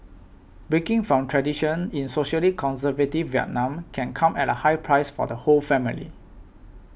breaking from tradition in socially conservative Vietnam can come at a high price for the whole family